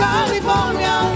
California